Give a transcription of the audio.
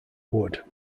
wood